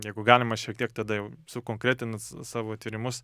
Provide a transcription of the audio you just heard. jeigu galima šiek tiek tada jau sukonkretinas savo tyrimus